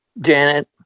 Janet